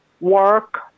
work